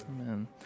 Amen